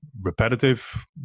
repetitive